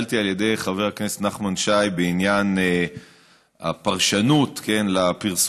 נשאלתי על ידי חבר הכנסת נחמן שי בעניין הפרשנות לפרסומים